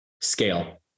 scale